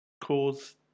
cause